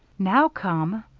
now come,